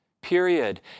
Period